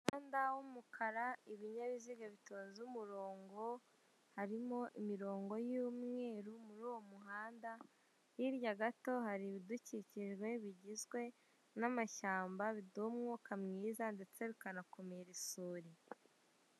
Umuhanda w'umukara ibinyabiziga bitonze umurongo, harimo imirongo y'umweru muri uwo muhanda, hirya gato hari ibidukikijwe bigizwe n'amashyamba biduha umwuka mwiza ndetse bikanakumira isuri.